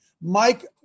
Mike